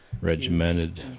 regimented